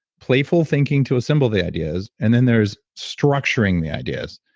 playful thinking to assemble the ideas, and then there's structuring the ideas